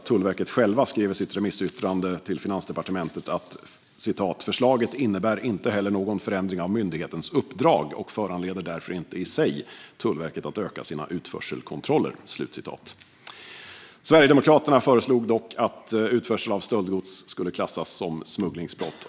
Tullverket skrev själva i sitt remissyttrande till Finansdepartementet: "Förslaget innebär inte heller någon ändring av myndighetens uppdrag och föranleder därför inte i sig Tullverket att utöka sina utförselkontroller." Sverigedemokraterna föreslog dock att utförsel av stöldgods skulle klassas som smugglingsbrott.